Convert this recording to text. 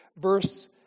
Verse